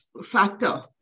factor